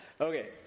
Okay